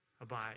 Abide